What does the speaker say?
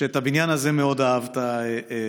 שאת הבניין הזה מאוד אהבת תמיד.